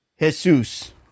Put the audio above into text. jesus